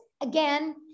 again